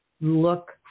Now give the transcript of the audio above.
Look